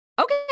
Okay